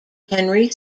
henry